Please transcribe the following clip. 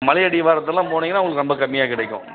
மலையடிவாரத்துலாம் போனீங்கன்னா உங்களுக்கு ரொம்ப கம்மியாக கிடைக்கும்